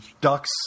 Ducks